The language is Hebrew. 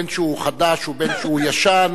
בין שהוא חדש ובין שהוא ישן,